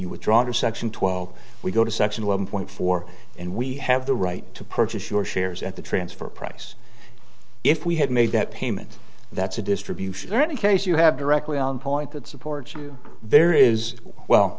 withdrawn or section twelve we go to section one point four and we have the right to purchase your shares at the transfer price if we had made that payment that's a distribution any case you have directly on point that supports you there is well